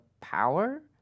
power